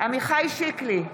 עמיחי שיקלי,